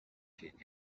king